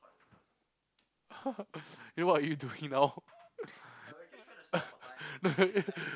then what are you doing now